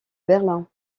berlin